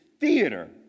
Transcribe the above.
theater